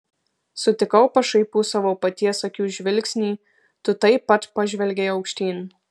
sutikau pašaipų savo paties akių žvilgsnį tu taip pat pažvelgei aukštyn